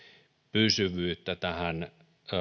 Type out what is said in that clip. pysyvyyttä tähän